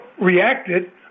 reacted